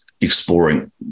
exploring